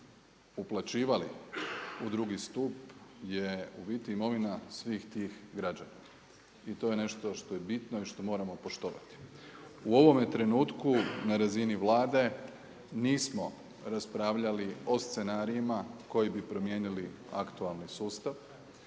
uplaćivali u 2. stup je u biti imovina svih tih građana. I to je nešto što je bitno i što moramo poštovati. U ovome trenutku na razini Vlade nismo raspravljali o scenarijima koji bi promijenili aktualni sustav